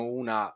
una